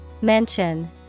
Mention